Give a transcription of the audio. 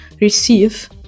receive